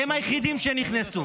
הם היחידים שנכנסו.